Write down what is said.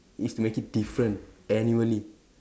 is to make it different annually